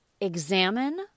examine